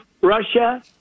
Russia